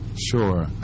Sure